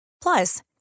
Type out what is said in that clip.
Plus